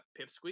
Pipsqueak